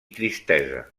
tristesa